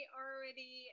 already